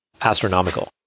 astronomical